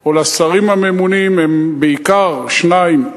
או לשרים הממונים, והם בעיקר שניים: